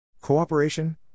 Cooperation